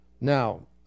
Now